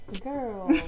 girl